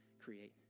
create